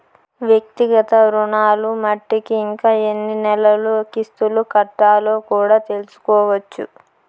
వ్యక్తిగత రుణాలు మట్టికి ఇంకా ఎన్ని నెలలు కిస్తులు కట్టాలో కూడా తెల్సుకోవచ్చు